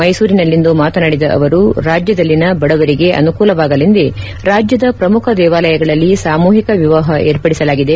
ಮೈಸೂರಿನಲ್ಲಿಂದು ಮಾತನಾಡಿದ ಅವರು ರಾಜ್ಯದಲ್ಲಿನ ಬಡವರಿಗೆ ಅನುಕೂಲವಾಗಲೆಂದೇ ರಾಜ್ಯದ ಪ್ರಮುಖ ದೇವಾಲಗಳಲ್ಲಿ ಸಾಮೂಹಿಕ ವಿವಾಹ ಏರ್ಪಡಿಸಲಾಗಿದೆ